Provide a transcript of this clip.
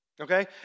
okay